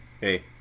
hey